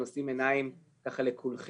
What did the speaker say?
נושאים עיניים לכולכם,